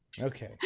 Okay